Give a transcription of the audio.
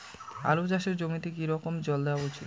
আলু চাষের জমিতে কি রকম জল দেওয়া উচিৎ?